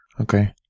Okay